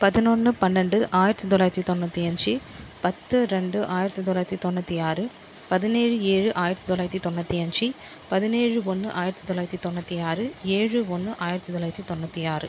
பதினொன்று பனெண்டு ஆயிரத்து தொள்ளாயிரத்து தொன்னுற்றி அஞ்சு பத்து ரெண்டு ஆயிரத்து தொள்ளாயிரத்து தொன்னுற்றி ஆறு பதினேழு ஏழு ஆயிரத்து தொள்ளாயிரத்து தொன்னுற்றி அஞ்சு பதினேழு ஒன்று ஆயிரத்து தொள்ளாயிரத்து தொன்னுற்றி ஆறு ஏழு ஒன்று ஆயிரத்து தொள்ளாயிரத்து தொண்ணுாற்றி ஆறு